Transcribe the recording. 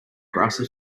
grassy